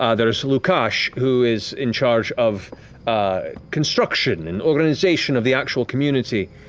ah there's lukash, who is in charge of construction and organization of the actual community.